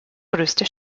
größte